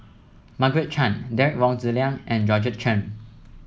Margaret Chan Derek Wong Zi Liang and Georgette Chen